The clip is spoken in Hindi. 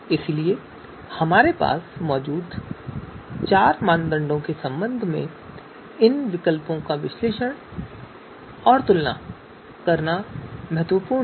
इसलिए हमारे पास मौजूद चार मानदंडों के संबंध में इन विकल्पों का विश्लेषण और तुलना करना महत्वपूर्ण है